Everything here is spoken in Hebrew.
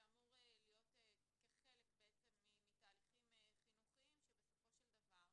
זה אמור להיות כחלק בעצם מתהליכים חינוכיים שבסופו של דבר